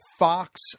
Fox